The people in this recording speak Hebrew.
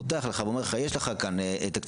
פותח לך ואומר לך שיש לך כאן תקציב.